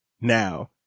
now